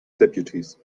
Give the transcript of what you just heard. deputies